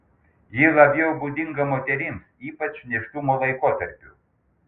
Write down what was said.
ji labiau būdinga moterims ypač nėštumo laikotarpiu